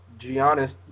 Giannis